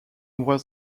was